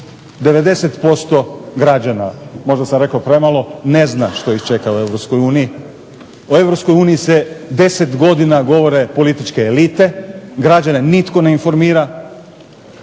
90% građana, možda sam rekao premalo, ne zna što ih čeka u Europskoj uniji. O Europskoj uniji se 10 godina govore političke elite, građane nitko ne informira,